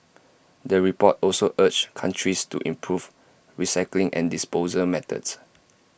the report also urged countries to improve recycling and disposal methods